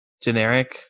Generic